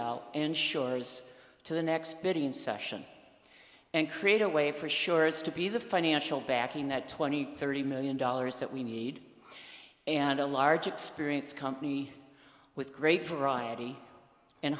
b and sure to the next bidding session and create a way for sure as to be the financial backing that twenty thirty million dollars that we need and a large experience company with great variety